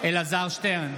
אלעזר שטרן,